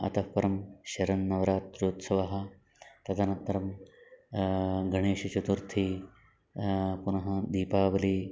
अतः परं शरन्नवरात्र्योत्सवः तदनन्तरं गणेशचतुर्थी पुनः दीपावली